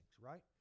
right